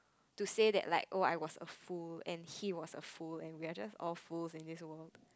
to say that like oh I was a fool and he was a fool and we are just all fools in this world